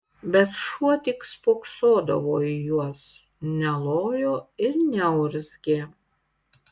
bet šuo tik spoksodavo į juos nelojo ir neurzgė